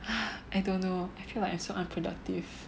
I don't know I feel like I'm so unproductive